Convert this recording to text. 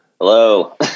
Hello